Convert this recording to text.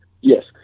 Yes